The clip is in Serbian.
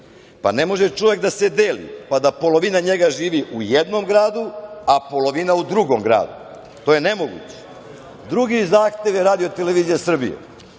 Pa, ne može čovek da se deli, pa da polovina njega živi u jednom gradu, a polovina u drugom gradu. To je nemoguće. Drugi zahtev, RTS, vlast nudi